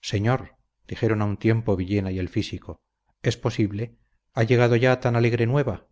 señor dijeron a un tiempo villena y el físico es posible ha llegado ya tan alegre nueva